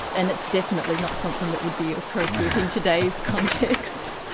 and it's definitely not something that would be appropriate in today's context.